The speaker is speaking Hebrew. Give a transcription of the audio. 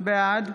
בעד